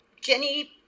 Jenny